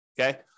okay